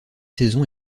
saison